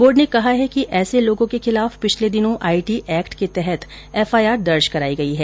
board ने कहा है कि ऐसे लोगों के खिलाफ पिछले दिनों आईटी एक्ट के तहत एफआईआर दर्ज करायी गयी है